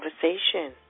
conversation